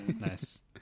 Nice